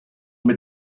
mit